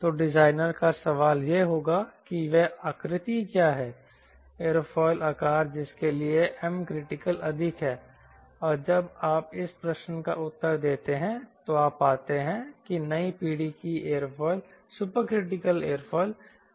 तो डिजाइनर का सवाल यह होगा कि वह आकृति क्या है एयरोफिल आकार जिसके लिए M क्रिटिकल अधिक है और जब आप इस प्रश्न का उत्तर देते हैं तो आप पाते हैं कि नई पीढ़ी के एयरोफिल सुपरक्रिटिकल एयरोफाइल अस्तित्व में आती है